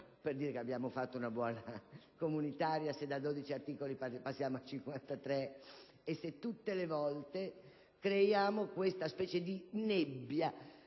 per dire che abbiamo fatto una buona legge comunitaria, se poi da 12 articoli passiamo a 53 e tutte le volte creiamo questa specie di nebbia,